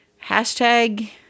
Hashtag